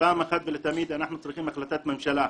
פעם אחת ולתמיד, אנחנו צריכים החלטת ממשלה.